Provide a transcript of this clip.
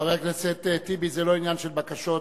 חבר הכנסת טיבי, זה לא עניין של בקשות,